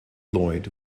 lloyd